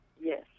Yes